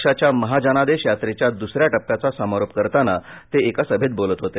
पक्षाच्या महाजनादेश यात्रेच्या द्सऱ्या टप्प्याचा समारोप करताना ते एका सभेत बोलत होते